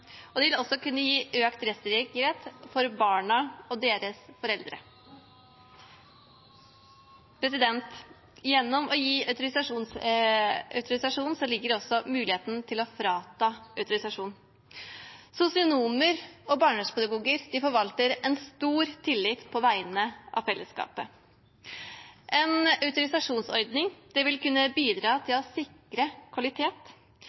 og det vil også kunne gi økt rettssikkerhet for barna og deres foreldre. Gjennom å gi autorisasjon ligger også muligheten til å frata autorisasjon. Sosionomer og barnevernspedagoger forvalter en stor tillit på vegne av fellesskapet. En autorisasjonsordning vil kunne bidra til å sikre kvalitet,